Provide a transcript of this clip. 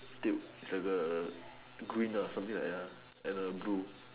tube is like a green lah something like that lah and a blue